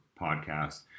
podcast